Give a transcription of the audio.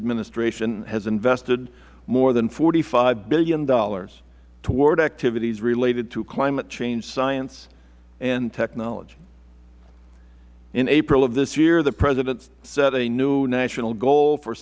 administration has invested more than forty five dollars billion toward activities related to climate change science and technology in april of this year the president set a new national goal for